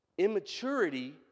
Immaturity